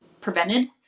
prevented